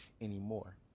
anymore